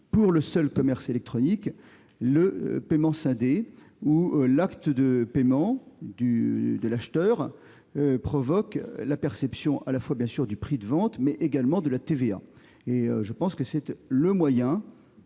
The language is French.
pour le seul commerce électronique, le paiement scindé : l'acte de paiement de l'acheteur provoque la perception, à la fois, bien sûr, du prix de vente, mais également de la TVA. C'est actuellement le seul